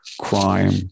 crime